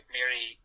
Mary